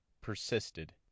persisted